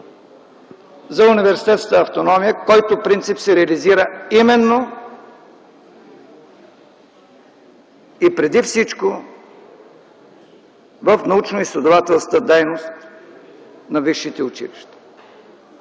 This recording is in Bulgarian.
за университетската автономия, който принцип се реализира именно и преди всичко в научноизследователската дейност на висшите училища.